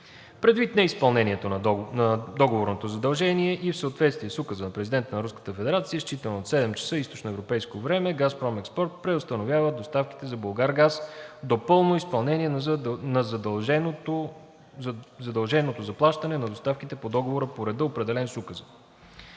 Предвид неизпълнението на договорното задължение и в съответствие с Указа на президента на Руската федерация, считано от 7,00 ч. източноевропейско време ООО „Газпром Експорт“ преустановява доставките за „Булгаргаз“ до пълно изпълнение на задължението за плащане на доставките по Договора по реда, определен с Указа.